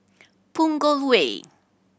Punggol Way